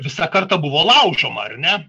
visa karta buvo laužoma ar ne